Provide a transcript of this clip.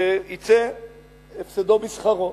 שיצא הפסדו בשכרו,